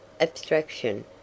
abstraction